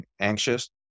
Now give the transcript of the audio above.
anxious